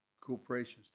corporations